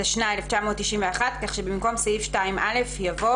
התשנ"א 1991, כך במקום סעיף 2א יבוא